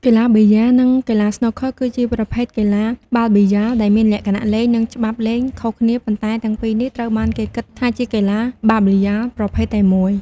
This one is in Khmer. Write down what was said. កីឡាប៊ីយ៉ា និង កីឡាស្នូកឃឺ គឺជាប្រភេទកីឡាបាល់ប៊ីយ៉ាល ដែលមានលក្ខណៈលេង និងច្បាប់លេងខុសគ្នា ប៉ុន្តែទាំងពីរនេះត្រូវបានគេគិតថាជាកីឡាបាល់ប៊ីយ៉ាលប្រភេទតែមួយ។